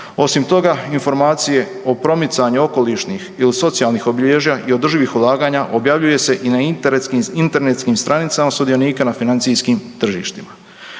Osim toga, informacije o promicanju okolišnih ili socijalnih obilježja i održivih ulaganja, objavljuje se i na internetskim stranicama sudionika na financijskim tržištima.